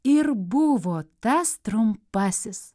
ir buvo tas trumpasis